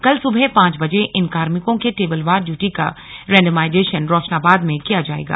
कल सुबह पांच बजे इन कार्मिकों के टेबलवार ड्यूटी का रैंडमाइजेशन रोशनाबाद में किया जाएगा